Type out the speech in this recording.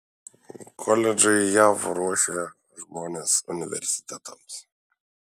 koledžai jav ruošia žmones universitetams